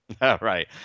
right